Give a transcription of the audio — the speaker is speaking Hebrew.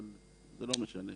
אבל זה לא משנה.